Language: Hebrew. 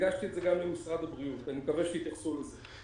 אני מקווה שיתייחסו לזה.